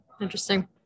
Interesting